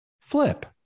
flip